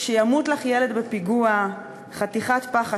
"שימות לך ילד בפיגוע", "חתיכת פח אשפה",